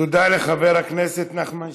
תודה לחבר הכנסת נחמן שי.